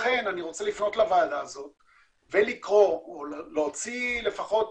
לכן אני רוצה לפנות לוועדה ולהוציא קול